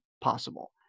possible